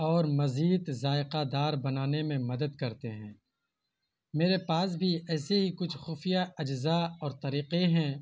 اور مزید ذائقہ دار بنانے میں مدد کرتے ہیں میرے پاس بھی ایسے ہی کچھ خفیہ اجزاء اور طریقے ہیں